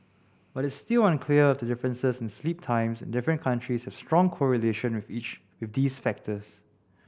but it's still unclear if the differences in sleep times in different countries have strong correlation of each with these factors